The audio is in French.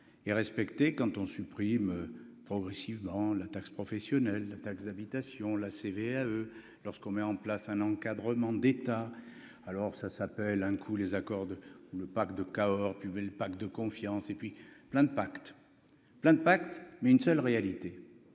et respecté quand on supprime progressivement la taxe professionnelle, la taxe d'habitation, la CVAE lorsqu'on met en place un encadrement d'état, alors ça s'appelle un coup les accordent le de Cahors du mais le pacte de confiance et puis plein de pacte plein de pacte mais une seule réalité